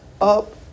up